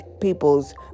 people's